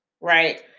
Right